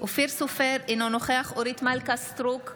אופיר סופר, אינו נוכח אורית מלכה סטרוק,